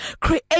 Create